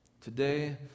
Today